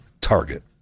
Target